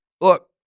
look